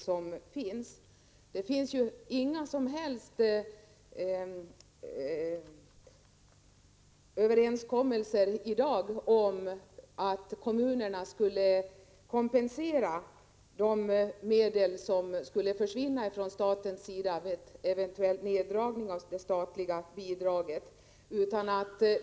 Det finns i dag inga som helst överenskommelser om att kommunerna skall kompensera de medel som skulle försvinna vid en eventuell neddragning av det statliga bidraget.